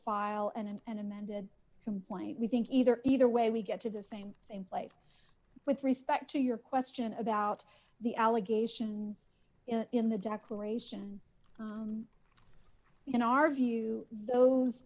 file and an amended complaint we think either either way we get to the same same place with respect to your question about the allegations in the declaration in our view to those